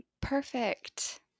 Perfect